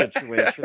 situation